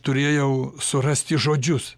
turėjau surasti žodžius